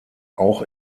auch